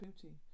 beauty